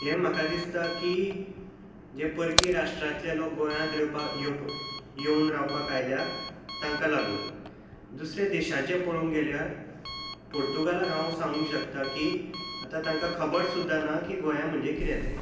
हें म्हाका दिसता की जे परकी राश्ट्रांतले लोक गोंयांत येवपाक येवन रावपाक आयल्यात तांकां लागून दुसरे देशाचें पळोवंक गेल्यार पुर्तुगालाक हांव सांगूंक शकता की तांकां खबर सुद्दां ना की गोंय म्हणजे कितें तें